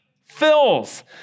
fills